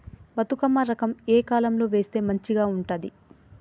బతుకమ్మ రకం ఏ కాలం లో వేస్తే మంచిగా ఉంటది?